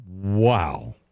wow